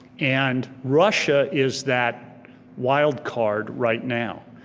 and russia is that wildcard right now.